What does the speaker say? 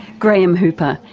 graham hooper,